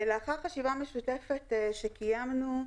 לאחר חשיבה משותפת שקיימנו,